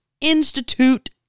institute